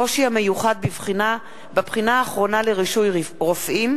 הקושי המיוחד בבחינה האחרונה לרישוי רופאים,